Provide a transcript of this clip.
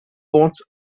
bones